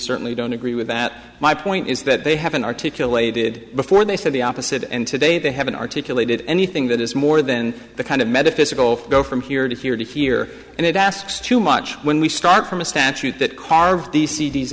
certainly don't agree with that my point is that they haven't articulated before they said the opposite and today they haven't articulated anything that is more than the kind of metaphysical go from here to here to here and it asks too much when we start from a statute that